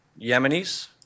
Yemenis